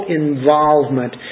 involvement